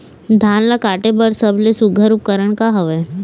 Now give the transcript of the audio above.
धान ला काटे बर सबले सुघ्घर उपकरण का हवए?